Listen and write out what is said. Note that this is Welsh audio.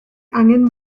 angen